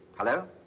hello?